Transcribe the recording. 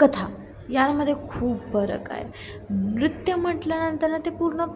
कथा यामध्ये खूप फरक आहे नृत्य म्हटल्यानंतर ते पूर्ण